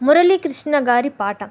మురళ కృష్ణ గారి పాట